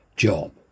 job